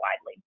widely